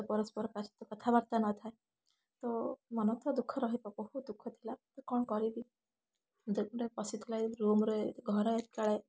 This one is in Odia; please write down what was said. ପରସ୍ପର କାହା ସହିତ କଥାବାର୍ତ୍ତା ନଥାଏ ଓ ମନ ତ ଦୁଖଃ ରହିବ ବହୁତ ଦୁଖଃଥିଲା କଣ କରିବି ଯେ ଦିନ ପଶିଥିଲା ଏଇ ରୁମ୍ରେ ଘରେ କାଳେ